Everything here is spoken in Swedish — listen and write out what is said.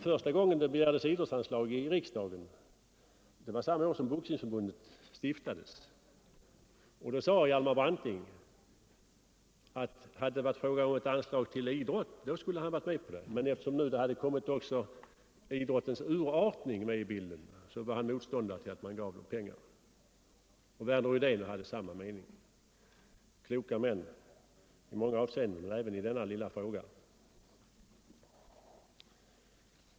Första gången det begärdes idrottsanslag i riksdagen var samma år som Boxningsförbundet bildades och då sade Hjalmar Branting att hade det varit fråga om ett anslag till idrotten skulle han varit med på det men eftersom nu också idrottens urartning kommit med i bilden var han motståndare till att det gavs pengar. Värner Rydén hade samma mening. Kloka män i många avseenden, även i denna lilla fråga.